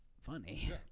funny